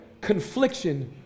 confliction